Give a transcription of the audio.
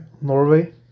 Norway